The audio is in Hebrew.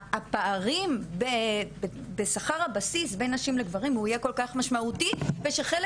שהפערים בשכר הבסיס בין נשים לגברים הוא יהיה כל כך משמעותי ושחלק